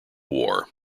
war